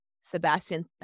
Sebastian